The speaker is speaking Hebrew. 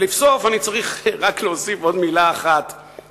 לבסוף אני צריך רק להוסיף עוד מלה אחת,